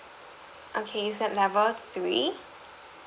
okay is at level three